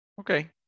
Okay